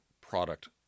product